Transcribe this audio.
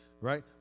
Right